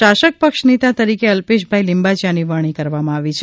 શાસક પક્ષ નેતા તરીકે અલ્પેશભાઇ લિંબાચિયાની વરણી કરવામાં આવી છે